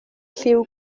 lliw